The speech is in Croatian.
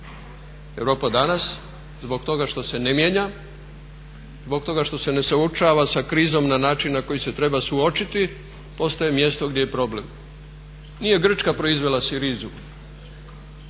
Europa danas zbog toga što se ne mijenja, zbog toga što se ne suočava sa krizom na način na koji se treba suočiti postaje mjesto gdje je problem. Nije Grčka proizvele Syrizu